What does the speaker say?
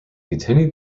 continued